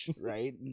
right